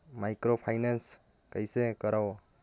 Microfinance कइसे करव?